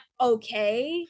okay